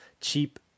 cheap